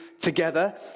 together